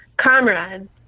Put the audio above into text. comrades